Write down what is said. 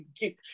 get